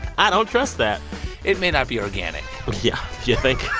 i don't trust that it may not be organic yeah. you think?